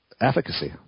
efficacy